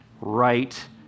right